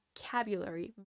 vocabulary